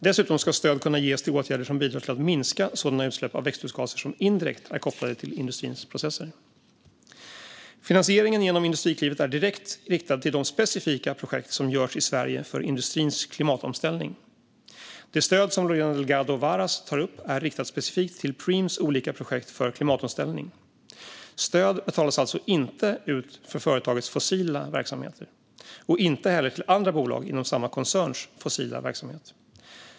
Dessutom ska stöd kunna ges till åtgärder som bidrar till att minska sådana utsläpp av växthusgaser som indirekt är kopplade till industrins processer. Finansieringen genom Industriklivet är direkt riktad till de specifika projekt som genomförs i Sverige för industrins klimatomställning. Det stöd som Lorena Delgado Varas tar upp är riktat specifikt till Preems olika projekt för klimatomställning. Stöd betalas alltså inte ut för företagets fossila verksamhet och inte heller till fossilverksamhet i andra bolag inom samma koncern.